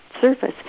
surface